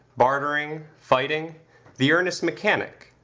bartering, fighting the earnest mechanic,